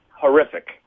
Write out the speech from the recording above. Horrific